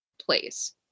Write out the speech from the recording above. place